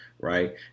right